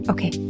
Okay